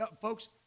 Folks